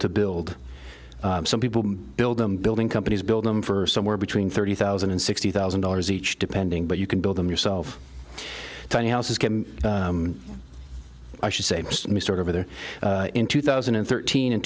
to build some people build them building companies build them for somewhere between thirty thousand and sixty thousand dollars each depending but you could build them yourself tiny houses get i should say mr over there in two thousand and thirteen and